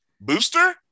Booster